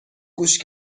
گوش